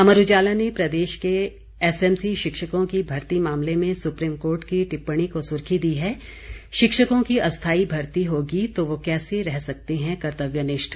अमर उजाला ने प्रदेश के एसएमसी शिक्षकों की भर्ती मामले में सुप्रीम कोर्ट की टिप्पणी को सुर्खी दी है शिक्षकों की अस्थायी भर्ती होगी तो वह कैसे रह सकते हैं कर्तव्यनिष्ठ